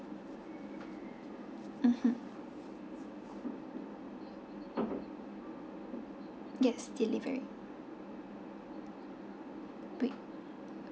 mmhmm yes delivery we